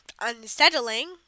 unsettling